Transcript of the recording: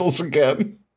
again